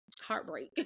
heartbreak